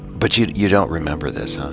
but you you don't remember this,